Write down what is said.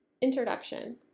Introduction